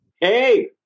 Hey